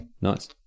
Nice